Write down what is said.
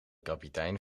kapitein